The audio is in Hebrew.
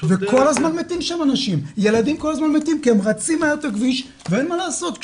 כל הזמן נהרגים שם ילדים כי הם רצים מהר בכביש ואין מה לעשות,